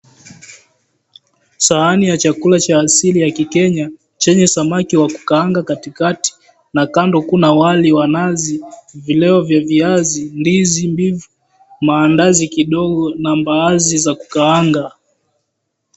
Sahani cha chakula cha kiasili cha Kenya chenye samaki wa kukaanga katikati, kando kuna wali wa nazi, vileo vya viazi, ndizi mbili, maandazi kidogo na mbaazi za kukaanga.